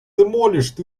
demolished